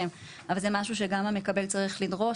אבל זה משהו שגם המקבל צריך לדרוש,